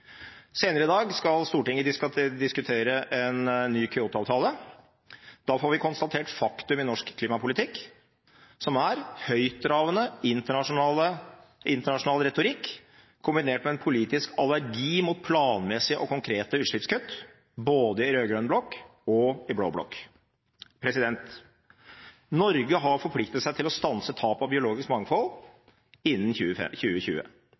Senere i dag skal Stortinget diskutere en ny Kyoto-avtale. Da får vi konstatert faktum i norsk klimapolitikk – som er høyttravende, internasjonal retorikk, kombinert med en politisk allergi mot planmessige og konkrete utslippskutt, både i rød-grønn blokk og i blå blokk. Norge har forpliktet seg til å stanse tapet av biologisk mangfold innen 2020.